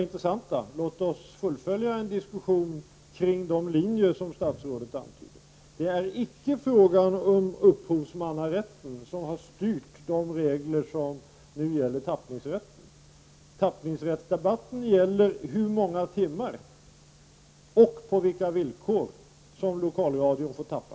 Men låt oss fullfölja en diskussion kring de riktlinjer som statsrådet antydde. Det är icke frågan om upphovsmannarätten som har styrt de regler som nu gäller för tappningsrätten. Tappningsrättsdebatten gäller hur många timmar och på vilka villkor som lokalradion får tappa.